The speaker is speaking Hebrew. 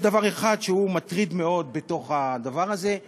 יש דבר אחד מטריד מאוד בתוך הדבר הזה,